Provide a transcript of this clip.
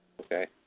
Okay